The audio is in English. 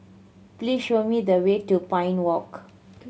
please show me the way to Pine Walk